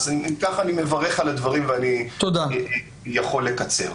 אם כך, אני מברך על הדברים ואני יכול לקצר.